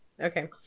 Okay